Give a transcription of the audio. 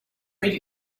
made